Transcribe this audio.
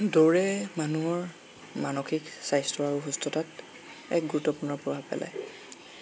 দৌৰে মানুহৰ মানসিক স্বাস্থ্য আৰু সুস্থতাত এক গুৰুত্বপূৰ্ণ প্ৰভাৱ পেলায়